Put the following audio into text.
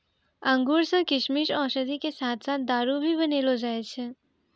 अंगूर सॅ किशमिश, औषधि के साथॅ साथॅ दारू भी बनैलो जाय छै